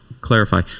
Clarify